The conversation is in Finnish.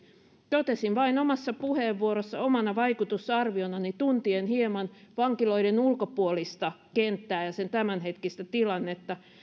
totesin vain omassa puheenvuorossani omana vaikutusarvionani tuntien hieman vankiloiden ulkopuolista kenttää ja sen tämänhetkistä tilannetta